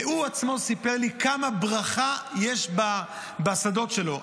והוא עצמו סיפר לי כמה ברכה יש בשדות שלו.